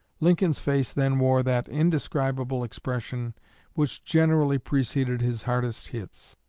lincoln's face then wore that indescribable expression which generally preceded his hardest hits,